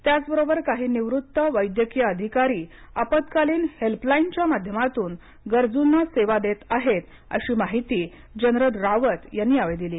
त्याच बरोबर काही निवृत्त वैद्यकीय अधिकारी आपत्कालीन हेल्पलाइनच्या माध्यमातून गरजूंना सेवा देत आहेत अशी माहिती जनरल रावत यांनी यावेळी दिली